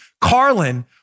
Carlin